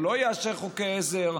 הוא לא יאשר חוקי עזר.